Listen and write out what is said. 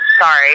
Sorry